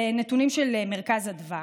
אלה נתונים של מרכז אדוה,